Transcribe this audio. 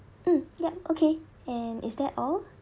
mm yup okay and is that all